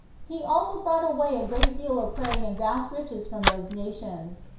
he also brought away a great deal of prey and vast riches from those nations.